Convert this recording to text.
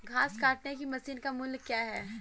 घास काटने की मशीन का मूल्य क्या है?